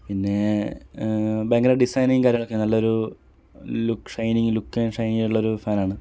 പിന്നെ ഭയങ്കര ഡിസൈനും കാര്യങ്ങളൊക്കെ നല്ലൊരു look shining look and shiny ആയിട്ടുള്ളൊരു ഫാനാണ്